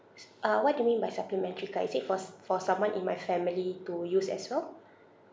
uh what do you mean by supplementary card is it for s~ for someone in my family to use as well